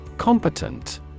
Competent